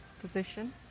position